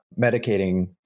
medicating